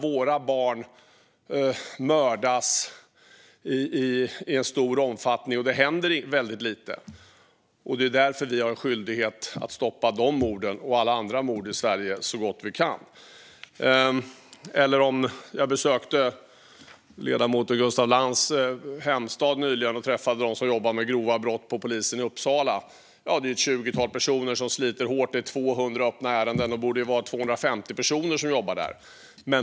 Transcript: Våra barn mördas i stor omfattning, men det händer väldigt lite, sa de. Vi har en skyldighet att stoppa de morden och alla andra mord i Sverige så gott vi kan. Jag besökte nyligen ledamoten Gustaf Lantz hemstad Uppsala och träffade dem som jobbar med grova brott hos polisen. Det är ett tjugotal personer som sliter hårt. Men det är 200 öppna ärenden. Det borde vara 250 personer som jobbade där.